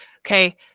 Okay